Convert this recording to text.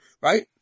right